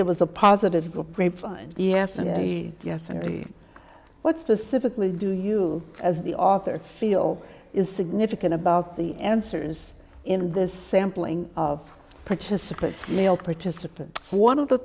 there was a positive yes and yes and really what specifically do you as the author feel is significant about the answers in this sampling of participants male participants one of the